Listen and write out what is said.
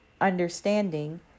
understanding